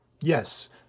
Yes